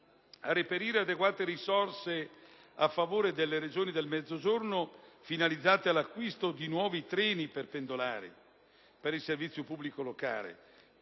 a reperire adeguate risorse a favore delle Regioni del Mezzogiorno, finalizzate all'acquisto di nuovi treni per pendolari per il servizio pubblico locale,